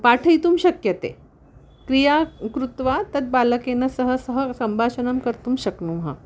पाठयितुं शक्यते क्रियां कृत्वा तद् बालकेन सह सः सम्भाषणं कर्तुं शक्नुमः